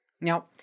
Now